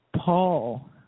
Paul